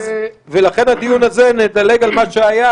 ולכן בדיון הזה נדלג על מה שהיה,